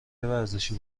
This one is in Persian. ورزشی